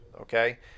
Okay